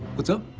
what's up?